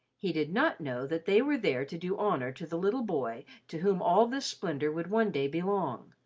he did not know that they were there to do honour to the little boy to whom all this splendour would one day belong,